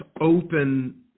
open